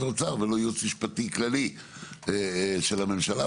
האוצר ולא יועץ משפטי כללי של הממשלה.